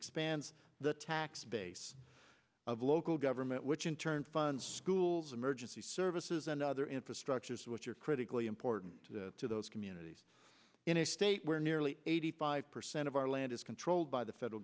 expands the tax base of local government which in turn fund schools emergency services and other infrastructures which are critically important to those communities in a state where nearly eighty five percent of our land is controlled by the federal